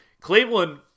Cleveland